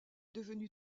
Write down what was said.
devenue